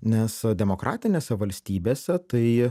nes demokratinėse valstybėse tai